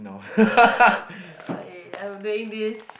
eh I'm doing this